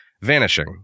vanishing